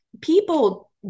people